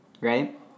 right